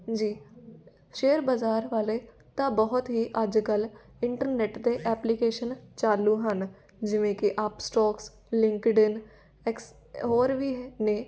ਜੀ ਸ਼ੇਅਰ ਬਾਜ਼ਾਰ ਵਾਲੇ ਤਾਂ ਬਹੁਤ ਹੀ ਅੱਜ ਕੱਲ ਇੰਟਰਨੈਟ ਤੇ ਐਪਲੀਕੇਸ਼ਨ ਚਾਲੂ ਹਨ ਜਿਵੇਂ ਕਿ ਅੱਪਸਟੋਕਸ ਲਿੰਕਡਇੰਨ ਐਕਸ ਹੋਰ ਵੀ ਨੇ